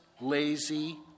lazy